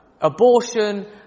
abortion